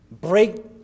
break